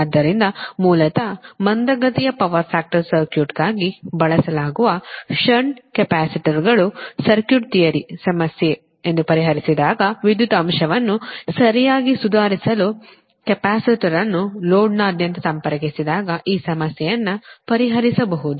ಆದ್ದರಿಂದ ಮೂಲತಃ ಮಂದಗತಿಯ ಪವರ್ ಫ್ಯಾಕ್ಟರ್ ಸರ್ಕ್ಯೂಟ್ಗಾಗಿ ಬಳಸಲಾಗುವ ಷಂಟ್ ಕೆಪಾಸಿಟರ್ಗಳು ಸರ್ಕ್ಯೂಟ್ ಥಿಯರಿ ಸಮಸ್ಯೆ ಎಂದು ಪರಿಹರಿಸಿದಾಗ ವಿದ್ಯುತ್ ಅಂಶವನ್ನು ಸರಿಯಾಗಿ ಸುಧಾರಿಸಲು ಕೆಪಾಸಿಟರ್ ಅನ್ನು ಲೋಡ್ನಾದ್ಯಂತ ಸಂಪರ್ಕಿಸಿದಾಗ ಈ ಸಮಸ್ಯೆಯನ್ನು ಪರಿಹರಿಸಬಹುದು